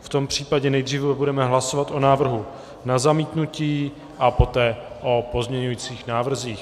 V tom případě nejdříve budeme hlasovat o návrhu na zamítnutí a poté o pozměňujících návrzích.